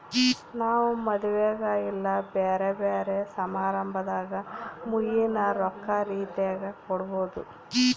ನಾವು ಮದುವೆಗ ಇಲ್ಲ ಬ್ಯೆರೆ ಬ್ಯೆರೆ ಸಮಾರಂಭದಾಗ ಮುಯ್ಯಿನ ರೊಕ್ಕ ರೀತೆಗ ಕೊಡಬೊದು